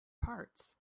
parts